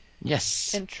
yes